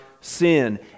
sin